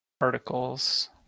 Articles